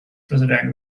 president